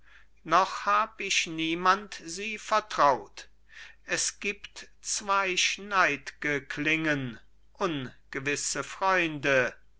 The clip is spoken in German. noch hab ich niemand sie vertraut es gibt zweischneidge klingen ungewisse freunde